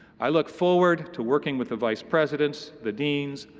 i look forward to working with the vice presidents, the deans,